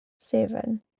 seven